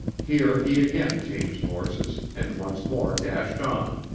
here he again changed horses and once more dashed on,